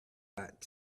scotch